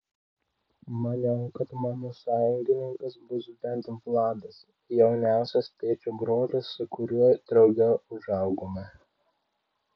maniau kad mano sąjungininkas bus bent vladas jauniausias tėčio brolis su kuriuo drauge užaugome